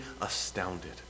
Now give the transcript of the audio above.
astounded